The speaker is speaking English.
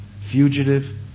fugitive